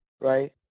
right